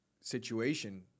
situation